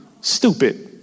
Stupid